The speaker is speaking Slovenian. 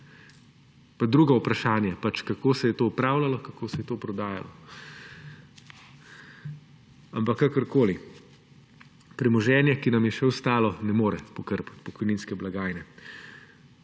drugo vprašanje, kako se je to upravljalo, kako se je to prodajalo? Ampak kakorkoli, premoženje, ki nam je še ostalo, ne more pokrpati pokojninske blagajne.